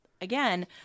again